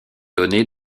donné